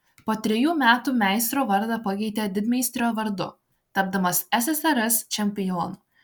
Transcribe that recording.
po trejų metų meistro vardą pakeitė didmeistrio vardu tapdamas ssrs čempionu